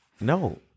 No